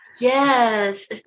yes